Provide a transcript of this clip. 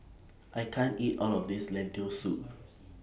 I can't eat All of This Lentil Soup